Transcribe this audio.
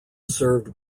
served